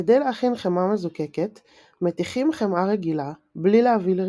כדי להכין חמאה מזוקקת מתיכים חמאה רגילה בלי להביאה לרתיחה,